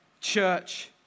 church